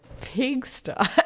pigsty